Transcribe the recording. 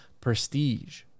prestige